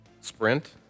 sprint